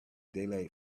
daylight